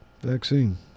vaccine